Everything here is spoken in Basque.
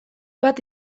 bat